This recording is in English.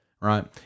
right